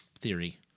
theory